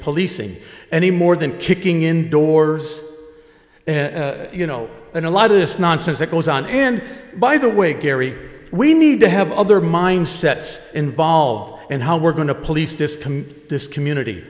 policing any more than kicking in doors you know and a lot of this nonsense that goes on and by the way gary we need to have other mindsets involved and how we're going to police this can this community